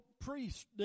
priest